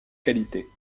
qualités